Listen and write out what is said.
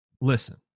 Listen